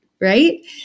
Right